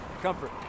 comfort